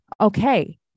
Okay